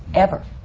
ever.